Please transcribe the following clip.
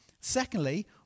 Secondly